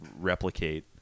replicate